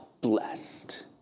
blessed